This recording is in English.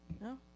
No